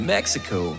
Mexico